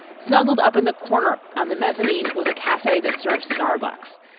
snuggled up in the corner on the mezzanine was a cafe that serves starbucks.